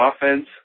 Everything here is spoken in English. offense